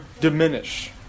Diminish